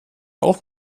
auch